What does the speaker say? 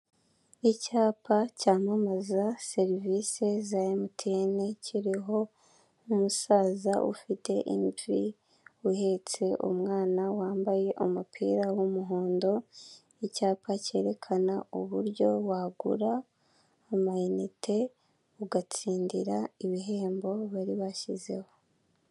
Icyapa cyamamaza serivisi za Emutiyene kiriho umusaza ufite imvi, uhetse umwana wambaye umupira w'umuhondo, icyapa cyerekana uburyo wagura amayinite, ugatsindira ibihembo bari bashyizeho.